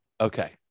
Okay